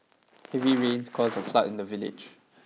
heavy rains caused a flood in the village